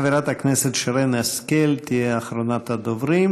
חברת הכנסת שרן השכל תהיה אחרונת הדוברים.